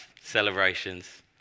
celebrations